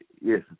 yes